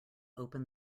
open